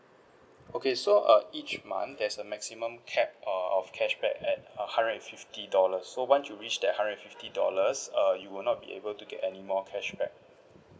okay so err each month there's a maximum cap err of cashback at a hundred and fifty dollars so once you reached the hundred and fifty dollars err you will not be able to get any more cashback